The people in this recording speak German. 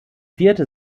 vierte